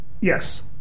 Yes